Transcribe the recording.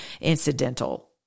incidental